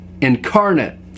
incarnate